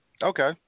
Okay